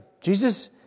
Jesus